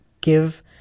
give